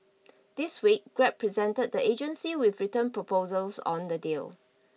this week Grab presented the agency with written proposals on the deal